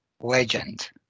legend